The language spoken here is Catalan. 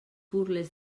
burles